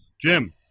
Jim